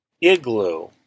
igloo